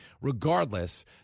Regardless